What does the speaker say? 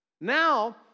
Now